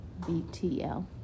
BTL